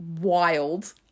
wild